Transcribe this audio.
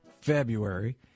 February